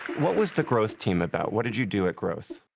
what was the growth team about? what did you do at growth?